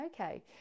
okay